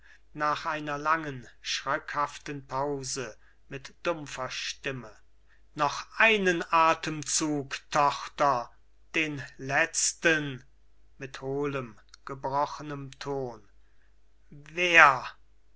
nach einer langen schröckhaften pause mit dumpfer stimme noch einen atemzug tochter den letzten mit hohlem gebrochnem ton wer